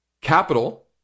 Capital